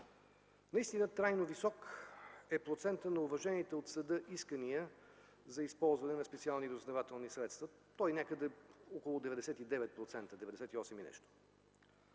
Наистина трайно висок е процентът на уважените от съда искания за използване на специални разузнавателни средства, той е някъде около 98-99%.